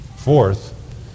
Fourth